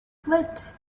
lit